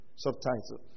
subtitle